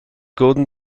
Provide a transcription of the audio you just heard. gordon